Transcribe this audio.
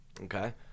Okay